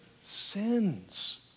sins